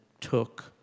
took